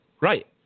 Right